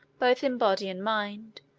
both in body and mind,